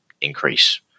increase